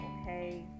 Okay